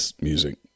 music